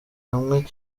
hamwe